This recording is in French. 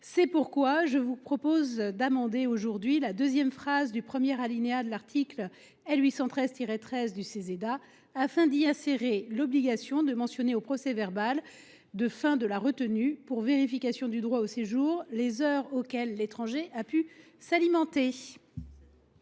en ce sens. Je vous propose donc d’amender la deuxième phrase du premier alinéa de l’article L. 813 13 du Ceseda, afin d’y insérer l’obligation de mentionner au procès verbal de fin de la retenue pour vérification du droit au séjour les heures auxquelles l’étranger a pu s’alimenter.